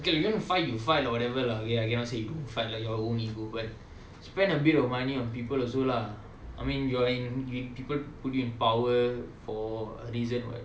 okay if you wanna fight you fight lah whatever lah okay I cannot say you don't fight lah but spend a bit of money on people also lah I mean you're in people put you in power for a reason [what]